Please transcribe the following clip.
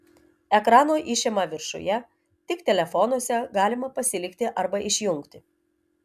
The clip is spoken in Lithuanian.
ekrano išėma viršuje tik telefonuose galima pasilikti arba išjungti